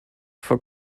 for